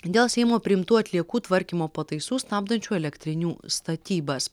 dėl seimo priimtų atliekų tvarkymo pataisų stabdančių elektrinių statybas